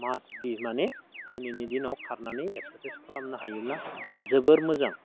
मास्ट बि माने दिनैनि दिनाव खारनानै एक्सारसाइस खालामनो हायोब्ला जोबोर मोजां